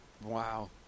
Wow